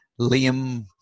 Liam